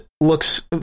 looks